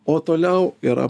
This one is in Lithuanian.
o toliau yra